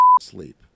Sleep